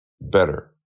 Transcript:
better